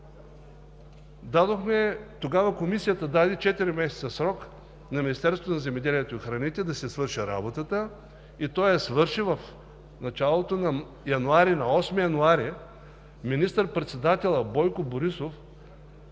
Тогава Комисията даде четири месеца срок на Министерството на земеделието и храните да си свърши работата и то я свърши в началото на януари – на 8 януари министър-председателят Бойко Борисов